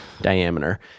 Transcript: diameter